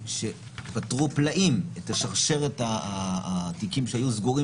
שפתרו פלאים את שרשרת התיקים שהיו סגורים